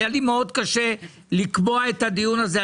היה לי מאוד קשה לקבוע את הדיון הזה.